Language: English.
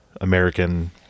American